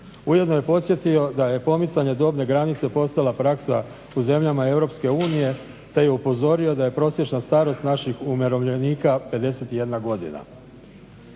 Ujedno je podsjetio da je pomicanje dobne granice postala praksa u zemljama Europske unije te je upozorio da je prosječna starost naših umirovljenika 51 godina.